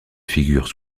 figures